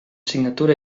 signatura